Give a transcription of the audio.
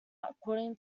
according